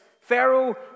Pharaoh